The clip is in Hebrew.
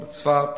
בצפת.